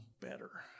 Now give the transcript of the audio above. better